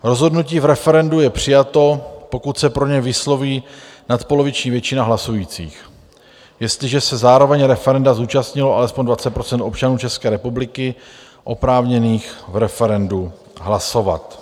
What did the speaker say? Rozhodnutí v referendu je přijato, pokud se pro něj vysloví nadpoloviční většina hlasujících, jestliže se zároveň referenda zúčastnilo alespoň 20 % občanů České republiky oprávněných v referendu hlasovat.